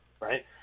right